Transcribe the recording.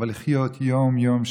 אבל לחיות יום-יום,